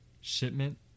Shipment